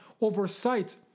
oversight